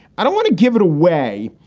i don't want to give it away,